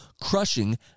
crushing